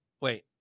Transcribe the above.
Wait